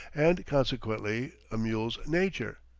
and, consequently, a mule's, nature.